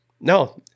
no